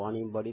Vaniyambadi